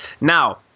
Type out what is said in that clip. Now